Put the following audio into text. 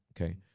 Okay